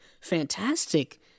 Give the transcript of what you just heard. fantastic